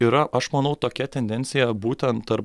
yra aš manau tokia tendencija būtent tarp